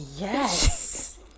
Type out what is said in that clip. yes